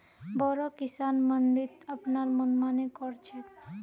बोरो किसान मंडीत अपनार मनमानी कर छेक